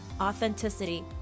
authenticity